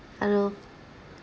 ah lor